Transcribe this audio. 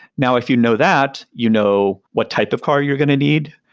now if you know that, you know what type of car you're going to need,